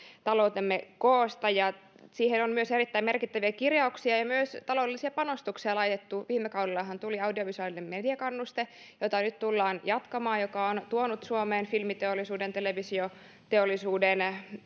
taloutemme koosta ja siihen on myös erittäin merkittäviä kirjauksia ja myös taloudellisia panostuksia laitettu viime kaudellahan tuli audiovisuaalinen mediakannuste jota nyt tullaan jatkamaan ja joka on tuonut suomeen filmiteollisuuden ja televisioteollisuuden